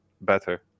better